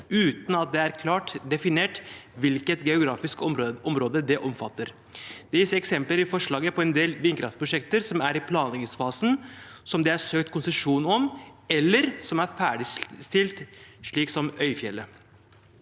uten at det er klart definert hvilket geografisk område det omfatter. Det vises i forslaget til eksempel på en del vindkraftprosjekter som er i plan leggingsfasen, som det er søkt konsesjon om, eller som er ferdigstilt, slik som Øyfjellet.